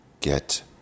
get